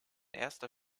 erster